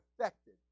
affected